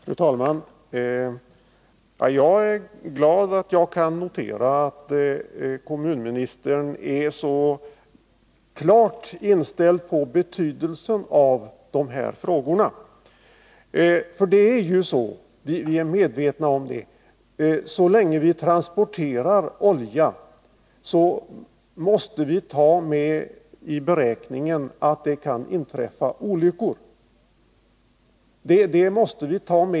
Fru talman! Jag är glad att jag kan notera att kommunministern är så klar över betydelsen av de här frågorna. Det är ju på det sättet — vi är medvetna om detta — att så länge vi transporterar olja måste vi ta med i beräkningen att det kan inträffa olyckor.